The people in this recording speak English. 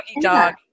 dog